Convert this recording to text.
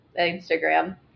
Instagram